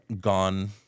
gone